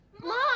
Mom